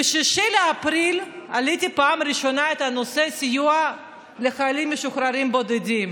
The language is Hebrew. ב-6 באפריל העליתי בפעם הראשונה את נושא הסיוע לחיילים משוחררים בודדים.